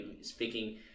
speaking